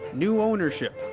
new ownership.